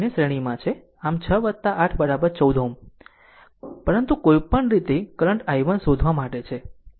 આમ 6 8 ખરેખર 14 Ω છે પરંતુ કોઈપણ રીતે કરંટ i1 શોધવા માટે છે